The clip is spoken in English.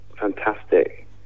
fantastic